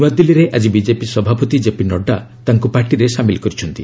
ନୂଆଦିଲ୍ଲୀରେ ଆଜି ବିଜେପି ସଭାପତି ଜେପି ନଡ଼ୁ ତାଙ୍କୁ ପାର୍ଟିରେ ସାମିଲ୍ କରିଛନ୍ତି